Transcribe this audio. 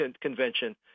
convention